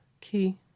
key